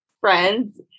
friends